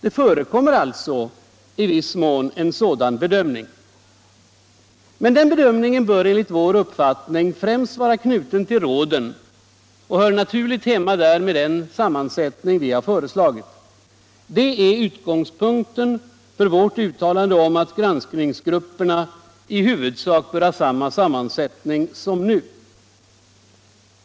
Det förekommer alltså i viss mån en sådan bedömning, men den bör enligt vår uppfattning främst vara knuten till råden och hör naturligt hemma där med den sammansättning vi föreslagit. Det är utgångspunkten för vårt uttalande om att granskningsgrupperna i huvudsak bör ha samma sammansättning som nu.